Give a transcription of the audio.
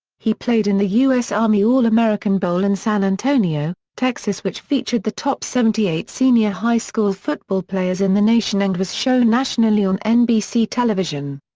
he played in the u s. army all-american bowl in san antonio, texas which featured the top seventy eight senior high school football players in the nation and was shown nationally on nbc television.